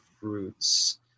fruits